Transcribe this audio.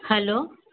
hello